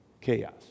chaos